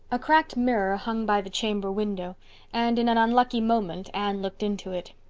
a cracked mirror hung by the chamber window and in an unlucky moment anne looked into it.